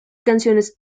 canciones